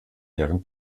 deren